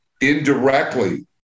indirectly